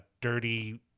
dirty